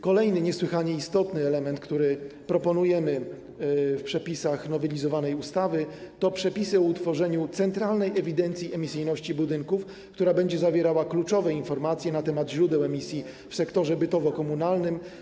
Kolejnym niesłychanie istotnym elementem, który proponujemy w przepisach nowelizowanej ustawy, są przepisy o utworzeniu Centralnej Ewidencji Emisyjności Budynków, która będzie zawierała kluczowe informacje na temat źródeł emisji w sektorze bytowo-komunalnym.